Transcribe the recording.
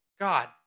God